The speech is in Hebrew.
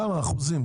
כמה באחוזים?